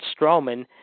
Strowman